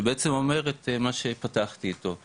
שבעצם אומר את מה שפתחתי אתו,